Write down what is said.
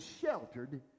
sheltered